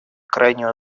крайнюю